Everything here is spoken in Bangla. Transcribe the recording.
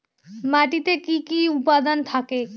মাটিতে কি কি উপাদান থাকে?